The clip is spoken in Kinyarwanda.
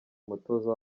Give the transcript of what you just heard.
umutoza